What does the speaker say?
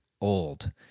old